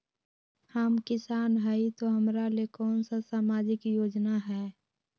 हम किसान हई तो हमरा ले कोन सा सामाजिक योजना है?